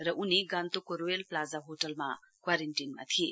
र उनी Gangtok Royal Plaza होटलमा क्वारेन्टीनमा थिए